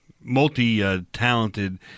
multi-talented